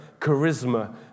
charisma